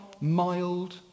mild